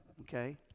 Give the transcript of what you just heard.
okay